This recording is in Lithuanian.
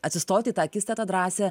atsistoti į tą akistatą drąsią